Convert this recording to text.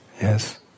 Yes